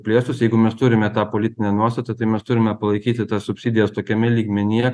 plėstųsi jeigu mes turime tą politinę nuostatą tai mes turime palaikyti tas subsidijas tokiame lygmenyje